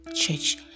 church